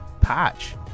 patch